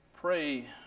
Pray